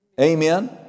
Amen